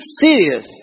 serious